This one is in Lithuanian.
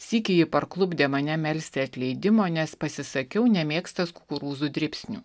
sykį ji parklupdė mane melsti atleidimo nes pasisakiau nemėgstąs kukurūzų dribsnių